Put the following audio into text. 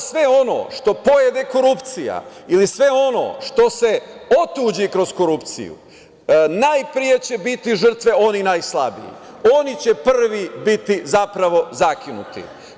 sve ono što pojede korupcija ili sve ono što se otuđi kroz korupciju najpre će biti žrtve oni najslabiji, oni će prvi biti zapravo zakinuti.